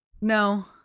No